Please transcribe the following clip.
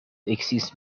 exist